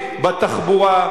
בתחבורה,